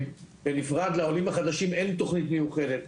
בנפרד לעולים החדשים אין תוכנית מיוחדת.